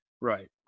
right